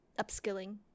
upskilling